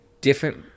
different